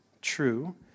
true